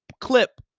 clip